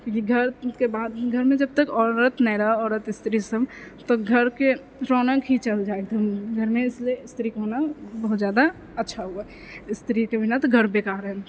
कियाकि घरके बात घरमे जब तक औरत नहि रहै है औरत स्त्री सब तऽ घरके रौनक ही चलि जाइ है एकदम घरमे इसलिए स्त्रीके होना बहुत जादा अच्छा हौवा है स्त्रीके बिनातऽ घर बेकार है